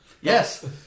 Yes